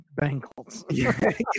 Bengals